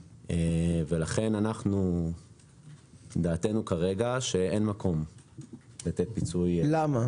לכן דעתנו כרגע היא שאין מקום לתת פיצוי -- למה?